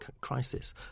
crisis